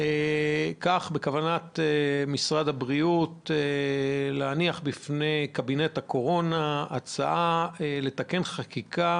בכוונת משרד הבריאות להניח בפני קבינט הקורונה הצעה לתקן חקיקה